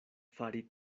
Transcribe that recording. fari